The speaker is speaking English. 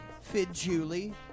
Fid-Julie